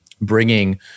bringing